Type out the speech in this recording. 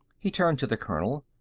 he turned to the colonel.